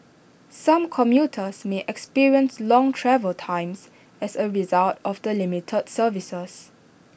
some commuters may experience long travel times as A result of the limited services